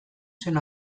zen